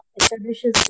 establishes